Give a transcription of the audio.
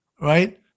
right